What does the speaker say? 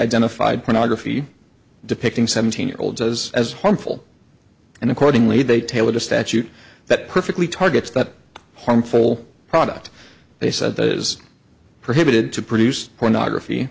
identified pornography depicting seventeen year olds as as harmful and accordingly they tailored a statute that perfectly targets that harmful product they said that it is prohibited to produce pornography